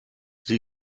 sie